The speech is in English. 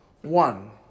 one